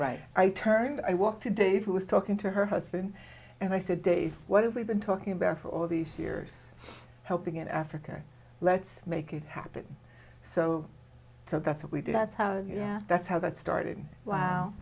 right i turned i walk to dave who was talking to her husband and i said dave what have we been talking about for all these years helping in africa let's make it happen so so that's what we did that's how yeah that's how that started wow